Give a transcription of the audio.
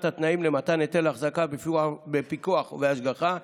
התנאים למתן היתר להחזקה בפיקוח ובהשגחה,